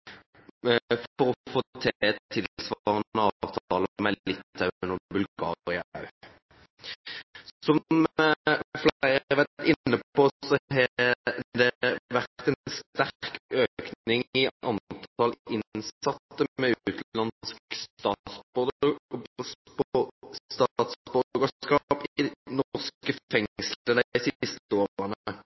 for å få til tilsvarende avtaler med Litauen og Bulgaria også. Som flere har vært inne på, har det vært en sterk økning i antall innsatte med utenlandsk statsborgerskap i norske fengsler de siste årene.